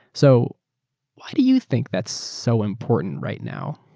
so why do you think that's so important right now?